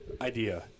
idea